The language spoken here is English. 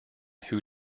who